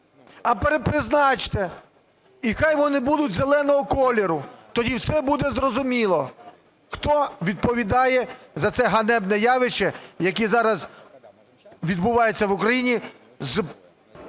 а перепризначте і хай вони будуть зеленого кольору. Тоді все буде зрозуміло, хто відповідає за це ганебне явище, яке зараз відбувається в Україні